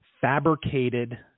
fabricated